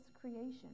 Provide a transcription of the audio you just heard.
creation